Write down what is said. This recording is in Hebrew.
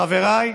חבריי,